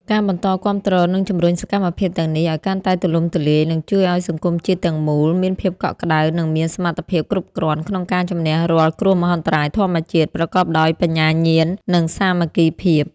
ការបន្តគាំទ្រ និងជំរុញសកម្មភាពទាំងនេះឱ្យកាន់តែទូលំទូលាយ នឹងជួយឱ្យសង្គមជាតិទាំងមូលមានភាពកក់ក្ដៅ និងមានសមត្ថភាពគ្រប់គ្រាន់ក្នុងការជម្នះរាល់គ្រោះមហន្តរាយធម្មជាតិ ប្រកបដោយបញ្ញាញាណ និងសាមគ្គីភាព។